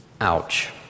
Ouch